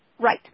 Right